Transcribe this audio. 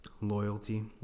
loyalty